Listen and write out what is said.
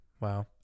Wow